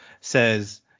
says